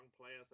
players